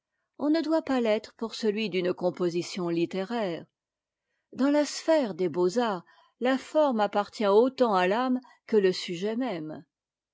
on ne doit pas t'être pour celui d'une composition littéraire dans la sphère des beaux-arts la forme appartient autant à t'âme que le sujet même